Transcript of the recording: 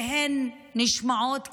והן נשמעות כמו,